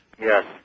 Yes